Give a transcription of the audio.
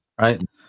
right